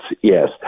Yes